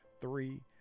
Three